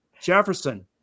Jefferson